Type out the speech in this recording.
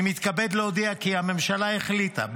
אני מתכבד להודיע כי הממשלה החליטה,